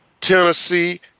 Tennessee